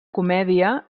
comèdia